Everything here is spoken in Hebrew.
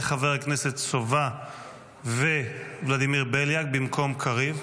לחבר הכנסת סובה ולוולדימיר בליאק במקום קריב.